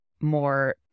more